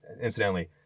incidentally